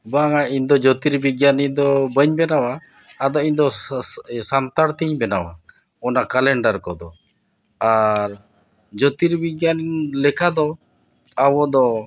ᱵᱟᱝᱟ ᱤᱧᱫᱚ ᱡᱳᱛᱤᱨ ᱵᱤᱜᱽᱜᱟᱱᱤ ᱫᱚ ᱵᱟᱹᱧ ᱵᱮᱱᱟᱣᱟ ᱟᱫᱚ ᱤᱧᱫᱚ ᱥᱟᱱᱛᱟᱲ ᱛᱤᱧ ᱵᱮᱱᱟᱣᱟ ᱚᱱᱟ ᱠᱮᱞᱮᱱᱰᱟᱨ ᱠᱚᱫᱚ ᱟᱨ ᱡᱳᱛᱤᱨ ᱵᱤᱜᱽᱜᱟᱱᱤ ᱞᱮᱠᱟ ᱫᱚ ᱟᱵᱚ ᱫᱚ